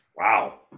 Wow